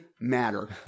matter